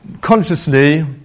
consciously